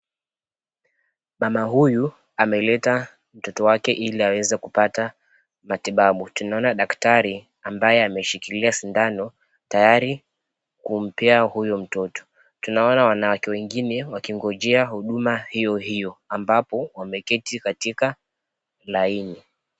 Mama huyu ameleta mtoto wake, ili aweze kupata matibabu. Tunaona daktari ambaye ameshikilia sindano tayari kumpea huyo mtoto .Tunaona wanawake wengine ,wakigonjea huduma hiyo hiyo .Ambapo wameketi Katika laini.